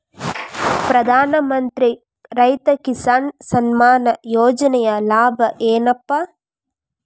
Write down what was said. ಪ್ರಧಾನಮಂತ್ರಿ ರೈತ ಕಿಸಾನ್ ಸಮ್ಮಾನ ಯೋಜನೆಯ ಲಾಭ ಏನಪಾ?